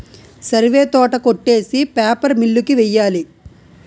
సరివే తోట కొట్టేసి paper mill కి వెయ్యాలి